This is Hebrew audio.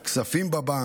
כספים בבנק,